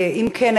2. אם כן,